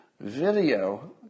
Video